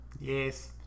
Yes